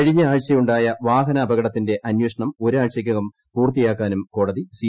കഴിഞ്ഞ ആഴ്ചയുണ്ടായ വാഹന അപ്പക്ടത്തിന്റെ അന്വേഷണം ഒരാഴ്ചക്കകം പൂർത്തിയ്ടാക്കാനും കോടതി സി